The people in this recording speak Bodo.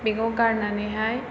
बेखौ गारनानै हाय